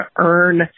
earn